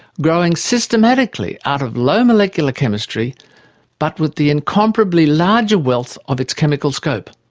growing systematically out of low molecular chemistry but with the incomparably larger wealth of its chemical scope.